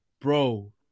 Bro